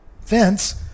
fence